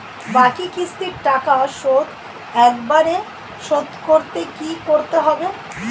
বাকি কিস্তির টাকা শোধ একবারে শোধ করতে কি করতে হবে?